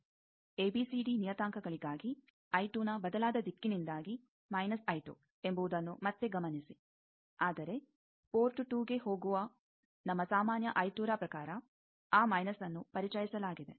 ABCD ನಿಯತಾಂಕಗಳಿಗಾಗಿ I2ನ ಬದಲಾದ ದಿಕ್ಕಿನಿಂದಾಗಿ −I2 ಎಂಬುದನ್ನು ಮತ್ತೆ ಗಮನಿಸಿ ಆದರೆ ಪೋರ್ಟ್ 2 ಗೆ ಹೋಗುವ ನಮ್ಮ ಸಾಮಾನ್ಯ I2ರ ಪ್ರಕಾರ ಆ ಮೈನಸ್ಅನ್ನು ಪರಿಚಯಿಸಲಾಗಿದೆ